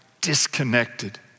disconnected